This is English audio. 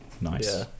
nice